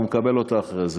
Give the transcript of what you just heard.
והוא גם מקבל אותה אחרי זה.